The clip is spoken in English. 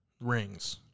Rings